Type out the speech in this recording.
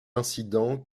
incident